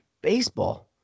Baseball